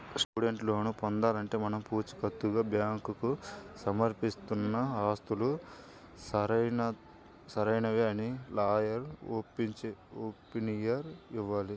student loan పొందాలంటే మనం పుచీకత్తుగా బ్యాంకుకు సమర్పిస్తున్న ఆస్తులు సరైనవే అని లాయర్ ఒపీనియన్ ఇవ్వాలి